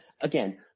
Again